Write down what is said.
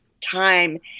time